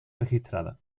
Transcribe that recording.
registrada